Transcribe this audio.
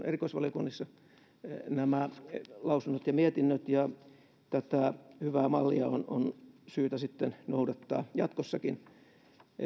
erikoisvaliokunnissa nämä lausunnot ja mietinnöt ja tätä hyvää mallia on on syytä sitten noudattaa jatkossakin